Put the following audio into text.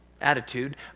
attitude